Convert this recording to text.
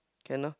can lah